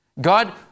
God